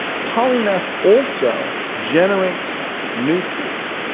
polymath also generates new proofs.